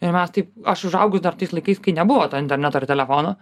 ir mes taip aš užaugus dar tais laikais kai nebuvo to interneto ir telefono